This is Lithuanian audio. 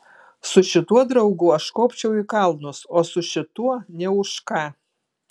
su šituo draugu aš kopčiau į kalnus o su šituo nė už ką